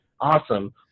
Awesome